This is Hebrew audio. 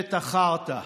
ממשלת החרטא.